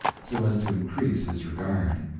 so as to increase his regard.